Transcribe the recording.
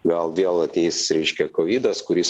gal vėl ateis reiškia kovidas kuris